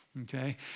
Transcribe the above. Okay